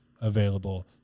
available